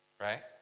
Right